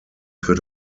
für